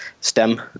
STEM